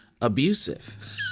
abusive